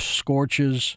scorches